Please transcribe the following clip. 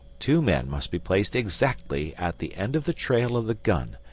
two men must be placed exactly at the end of the trail of the gun,